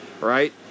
right